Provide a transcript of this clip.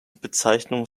bezeichnung